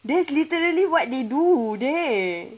that's literally what they do dey